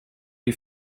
you